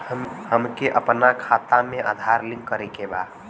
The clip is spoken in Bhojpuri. हमके अपना खाता में आधार लिंक करें के बा?